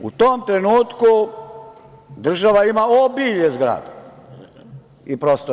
U tom trenutku država ima obilje zgrada i prostora.